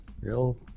real